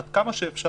עד כמה שאפשר,